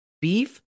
beef